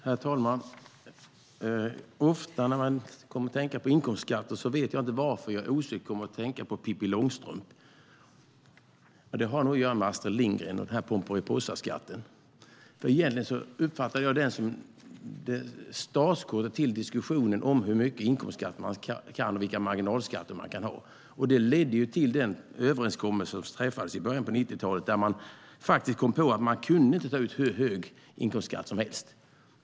Herr talman! Inkomstskatt får mig osökt att tänka på Pippi Långstrump. Det har nog att göra med Astrid Lindgren och Pomperipossaskatten. Det var det egentliga startskottet till diskussionen om hur mycket inkomstskatt och vilka marginalskatter man kan ha. Det ledde till den överenskommelse som träffades i början av 90-talet då man kom fram till att man inte kunde ta ut hur hög inkomstskatt som helst.